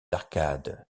arcades